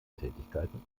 tätigkeiten